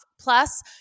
plus